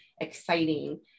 exciting